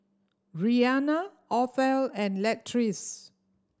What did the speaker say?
Rianna Othel and Latrice